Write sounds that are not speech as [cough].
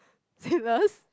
[breath] serious